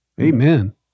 Amen